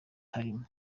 arimo